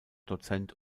dozent